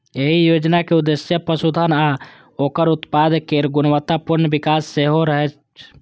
एहि योजनाक उद्देश्य पशुधन आ ओकर उत्पाद केर गुणवत्तापूर्ण विकास सेहो रहै